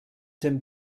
dem